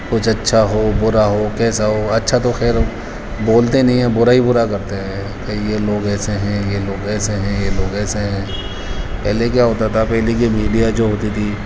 کچھ اچھا ہو برا ہو کیسا ہو اچھا تو خیر بولتے نہیں ہیں برا ہی برا کرتے ہیں کہ یہ لوگ ایسے ہیں یہ لوگ ایسے ہیں یہ لوگ ایسے ہیں پہلے کیا ہوتا تھا پہلے کی میڈیا جو ہوتی تھی